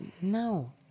no